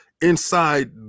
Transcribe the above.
inside